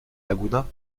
laguna